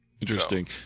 Interesting